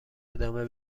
ادامه